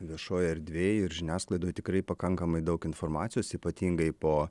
viešojoj erdvėj ir žiniasklaidoj tikrai pakankamai daug informacijos ypatingai po